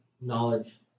knowledge